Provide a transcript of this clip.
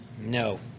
No